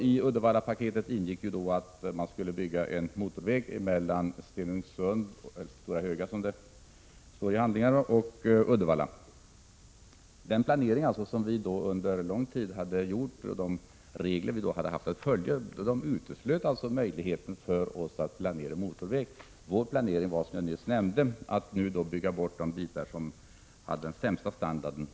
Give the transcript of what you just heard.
I Uddevallapaketet ingick att man skulle bygga en motorväg mellan Stenungsund, eller Stora Höga som det står i handlingarna, och Uddevalla. Den planering som vi under lång tid hade utarbetat och de regler som vi hade haft att följa uteslöt möjligheten för oss att planera en motorväg. Vår planering innebar, som jag nyss nämnde, att man skulle bygga om de sträckor norr om Uddevalla som hade den sämsta standarden.